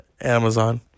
Amazon